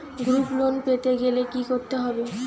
Group loan পেতে গেলে কি করতে হবে?